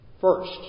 First